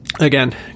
again